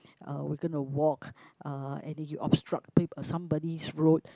uh we gonna walk uh and you obstructing somebody's road